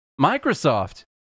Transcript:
Microsoft